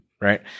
right